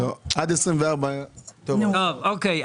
אני משוכנע שתצטרפו ליוזמה המבורכת הזאת.